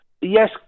yes